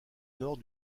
nord